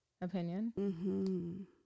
opinion